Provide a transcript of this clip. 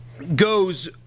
goes